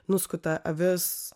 nuskuta avis